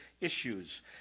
issues